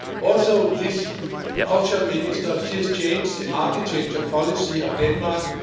also, this cultural minister, she has changed the architecture policy of denmark.